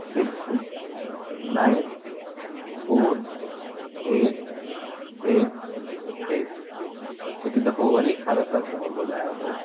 six nine four eight eight eight हिक दफ़ो वरी खां रेफ़रेन्स नंबर ॿुधायां थो